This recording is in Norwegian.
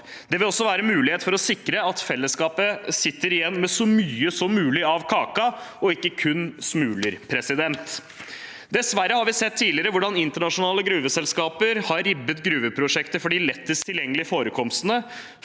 Det vil også være mulighet for å sikre at fellesskapet sitter igjen med så mye som mulig av kaka, ikke kun smuler. Dessverre har vi tidligere sett hvordan internasjonale gruveselskaper har ribbet gruveprosjekter for de lettest tilgjengelige forekomstene